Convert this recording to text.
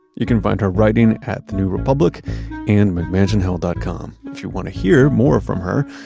you can find her writing at the new republic and mcmansionhell dot com. if you want to hear more from her,